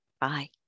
Bye